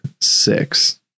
six